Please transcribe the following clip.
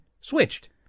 switched